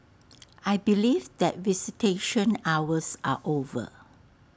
I believe that visitation hours are over